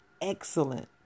excellent